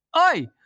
Oi